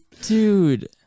Dude